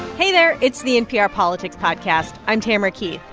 hey there, it's the npr politics podcast. i'm tamara keith.